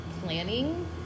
planning